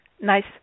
nice